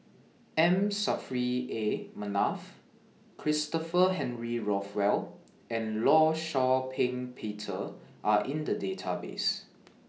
M Saffri A Manaf Christopher Henry Rothwell and law Shau Ping Peter Are in The Database